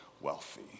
wealthy